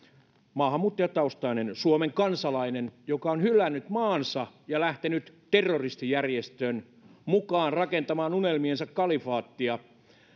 maahanmuuttajataustainen suomen kansalainen joka on hylännyt maansa ja lähtenyt terroristijärjestön mukaan rakentamaan unelmiensa kalifaattia niin